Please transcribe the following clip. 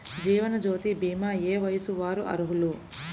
జీవనజ్యోతి భీమా ఏ వయస్సు వారు అర్హులు?